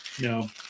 No